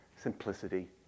simplicity